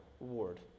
reward